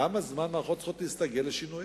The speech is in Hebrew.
כמה זמן מערכות צריכות כדי להסתגל לשינויים?